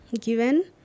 given